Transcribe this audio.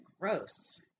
gross